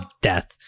death